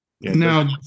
Now